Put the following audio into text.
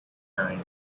nine